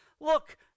look